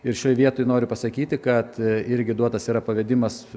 ir šioj vietoj noriu pasakyti kad irgi duotas yra pavedimas